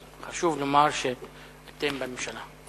אז חשוב לומר שאתם בממשלה,